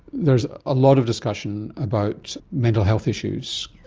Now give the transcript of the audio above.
there's a lot of discussion about mental health issues.